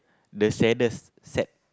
the saddest sad